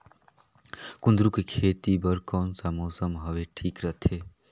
कुंदूरु के खेती बर कौन सा मौसम हवे ठीक रथे?